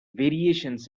variations